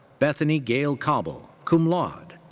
bethany gayle cauble, cum laude.